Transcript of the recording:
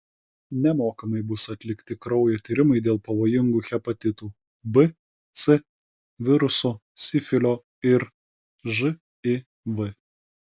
nemokamai bus atlikti kraujo tyrimai dėl pavojingų hepatitų b c virusų sifilio ir živ